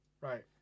Right